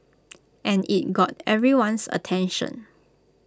and IT got everyone's attention